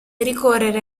ricorrere